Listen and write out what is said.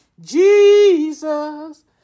Jesus